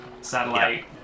satellite